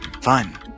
Fine